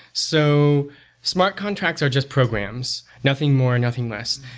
so smart contracts are just programs, nothing more, and nothing less.